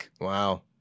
Wow